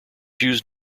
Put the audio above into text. used